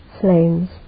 flames